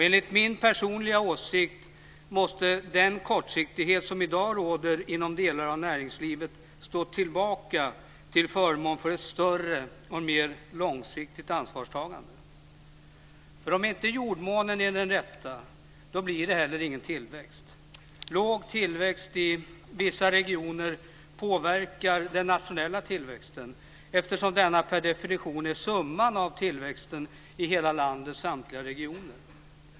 Enligt min personliga åsikt måste den kortsiktighet som i dag råder inom delar av näringslivet stå tillbaka till förmån för ett större och mer långsiktigt ansvarstagande. Om inte jordmånen är den rätta blir det inte heller någon tillväxt. Låg tillväxt i vissa regioner påverkar den nationella tillväxten eftersom denna per definition är summan av tillväxten i hela landets samtliga regioner.